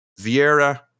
Vieira